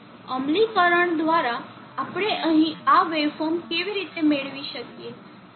અમલીકરણ દ્વારા આપણે અહીં આ વેવફોર્મ કેવી રીતે મેળવી શકીએ